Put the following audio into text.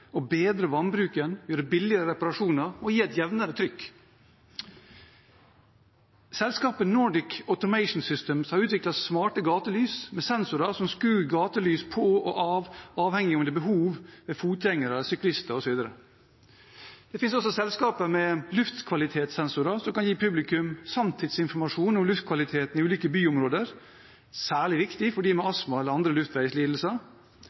og bedre vannbruken, gjøre billigere reparasjoner og gi et jevnere trykk. Selskapet Nordic Automation Systems har utviklet smarte gatelys med sensorer som skrur gatelys på og av avhengig av behov, ved fotgjengere, syklister osv. Det finnes også selskaper med luftkvalitetssensorer, som kan gi publikum sanntidsinformasjon om luftkvaliteten i ulike byområder, noe som er særlig viktig for dem med astma eller andre luftveislidelser.